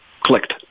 clicked